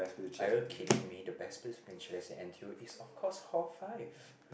are you kidding me the best place you can chillax in N_T_U is of course hall five